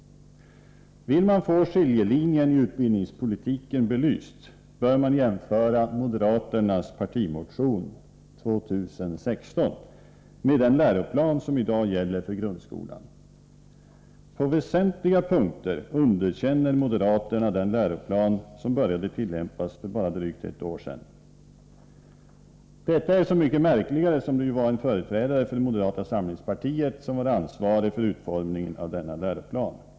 Vill man få skiljelinjen i utbildningspolitiken belyst, bör man jämföra moderaternas partimotion 2016 med den läroplan som i dag gäller för grundskolan. På väsentliga punkter underkänner moderaterna den läroplan som började tillämpas för bara drygt ett år sedan. Detta är så mycket märkligare som det ju var en företrädare för moderata samlingspartiet som var ansvarig för utformningen av denna läroplan.